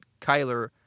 Kyler